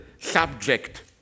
subject